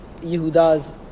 Yehuda's